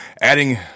adding